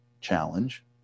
challenge